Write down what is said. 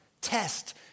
test